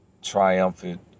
triumphant